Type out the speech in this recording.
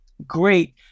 great